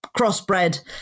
crossbred